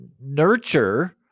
nurture